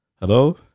Hello